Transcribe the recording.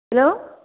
hello